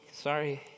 Sorry